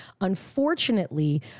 Unfortunately